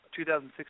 2016